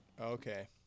Okay